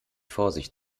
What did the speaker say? vorsicht